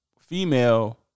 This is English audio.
female